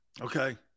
Okay